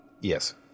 Yes